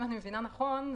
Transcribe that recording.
אם אני מבינה נכון,